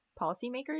policymakers